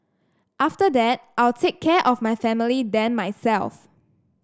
after that I'll take care of my family then myself